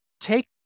take